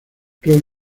roy